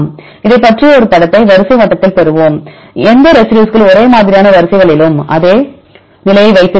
இதைப் பற்றிய ஒரு படத்தை வரிசை மட்டத்தில் பெறுவோம் எந்த ரெசிடியூஸ்கள் ஒரே மாதிரியான வரிசை களிலும் அதே நிலையை வைத்திருக்கின்றன